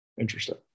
interesting